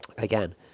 Again